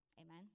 Amen